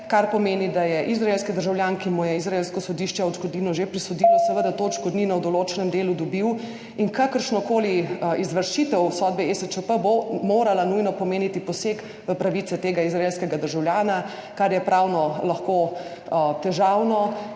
kar pomeni, da je izraelski državljan, ki mu je izraelsko sodišče odškodnino že prisodilo, seveda to odškodnino v določenem delu dobil. In kakršnakoli izvršitev sodbe ESČP bo morala nujno pomeniti poseg v pravice tega izraelskega državljana, kar je pravno lahko težavno.